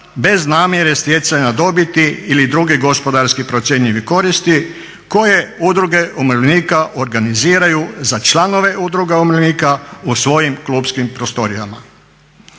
bez namjere stjecanja dobiti ili druge gospodarski procjenjive koristi koje udruge umirovljenika organiziraju za članove udruga umirovljenika u svojim klupskim prostorijama.